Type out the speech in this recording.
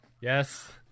Yes